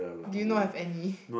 do you not have any